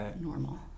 normal